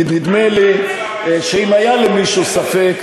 נדמה לי שאם היה למישהו ספק,